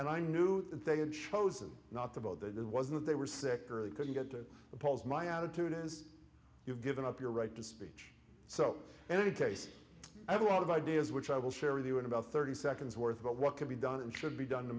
and i knew that they had chosen not to vote that it was that they were sick or they couldn't get to the polls my attitude is you've given up your right to speech so in any case i have a lot of ideas which i will share with you in about thirty seconds worth about what can be done and should be done to